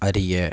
அறிய